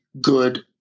good